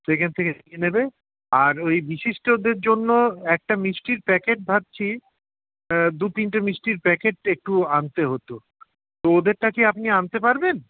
সেখান থেকে নিয়ে নেবে আর ওই বিশিষ্টদের জন্য একটা মিষ্টির প্যাকেট ভাবছি দু তিনটে মিষ্টির প্যাকেট একটু আনতে হতো তো ওদেরটা কি আপনি আনতে পারবেন